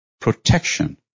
Protection